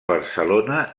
barcelona